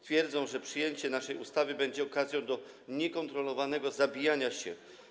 Twierdzą one, że przyjęcie naszej ustawy będzie okazją do niekontrolowanego zabijania się.